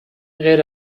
غیر